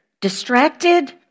distracted